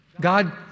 God